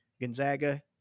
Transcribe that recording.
Gonzaga